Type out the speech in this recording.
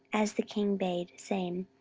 as the king bade, saying,